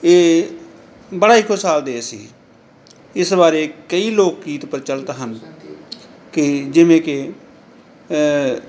ਇਹ ਬੜਾ ਹੀ ਖੁਸ਼ਹਾਲ ਦੇਸ਼ ਸੀ ਇਸ ਬਾਰੇ ਕਈ ਲੋਕ ਗੀਤ ਪ੍ਰਚਲਿਤ ਹਨ ਕਿ ਜਿਵੇਂ ਕਿ